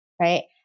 right